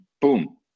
boom